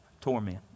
torment